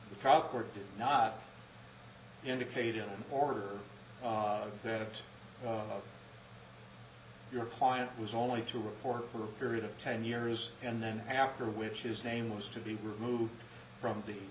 did not indicate in order that your client was only to report for a period of ten years and then after which is name was to be removed from the